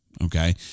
Okay